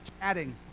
chatting